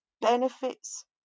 benefits